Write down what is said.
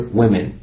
women